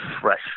fresh